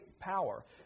power